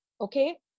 okay